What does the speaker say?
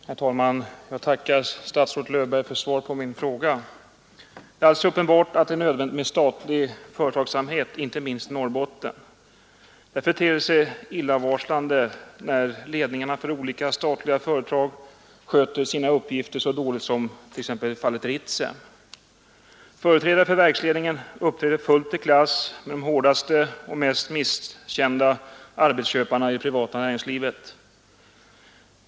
Herr talman! Jag tackar statsrådet Löfberg för svaret på min fråga. Det är alldeles uppenbart att det är nödvändigt med statlig företagsamhet, inte minst i Norrbotten. Därför ter det sig illavarslande när ledningarna för olika statliga företag sköter sina uppgifter så dåligt som i t.ex. fallet Ritsem. Företrädare för verksledningen uppträder fullt i klass med de hårdaste och mest misskända arbetsköparna i det privata näringslivet.